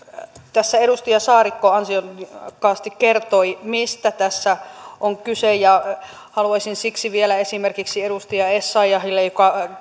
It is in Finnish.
tässä edustaja saarikko ansiokkaasti kertoi mistä tässä on kyse ja haluaisin siksi sanoa vielä esimerkiksi edustaja essayahille joka